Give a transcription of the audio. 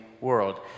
world